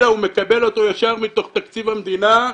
אלא הוא מקבל אותו ישר מתוך תקציב המדינה.